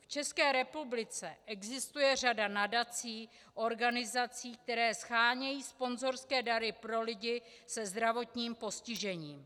V České republice existuje řada nadací, organizací, které shánějí sponzorské dary pro lidi se zdravotním postižením.